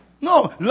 No